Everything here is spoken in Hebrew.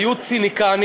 היו ציניקנים